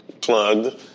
plugged